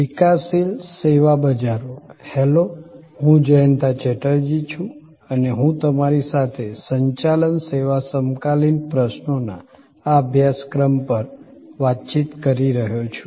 વિકાસશીલ સેવા બજારો હેલો હું જયંતા ચેટર્જી છું અને હું તમારી સાથે સંચાલન સેવા સમકાલીન પ્રશ્નોના આ અભ્યાસક્રમ પર વાતચીત કરી રહ્યો છું